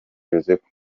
joseph